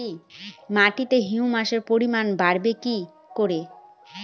মাটিতে হিউমাসের পরিমাণ বারবো কি করে?